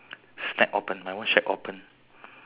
will be a guy with a radio